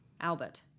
Albert